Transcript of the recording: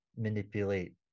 manipulate